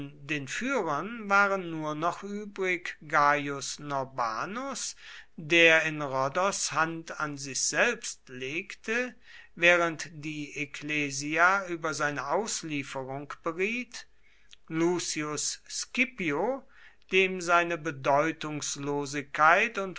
den führern waren nur noch übrig gaius norbanus der in rhodos hand an sich selbst legte während die ekklesia über seine auslieferung beriet lucius scipio dem seine bedeutungslosigkeit und